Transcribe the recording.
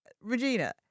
Regina